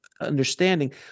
understanding